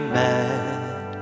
mad